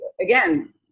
again